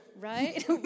Right